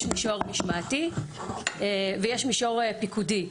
יש מישור משמעתי ויש מישור פיקודי.